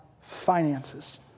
finances